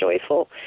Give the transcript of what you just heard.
joyful